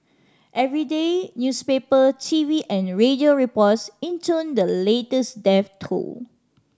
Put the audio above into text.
every day newspaper T V and radio reports intoned the latest death toll